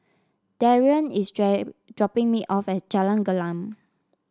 Darrian is dropping me off at Jalan Gelam